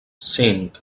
cinc